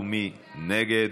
ומי נגד?